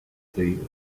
seguido